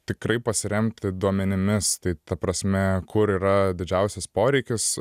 tikrai pasiremti duomenimis tai ta prasme kur yra didžiausias poreikis